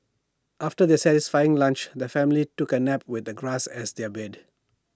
after their satisfying lunch the family took A nap with the grass as their bed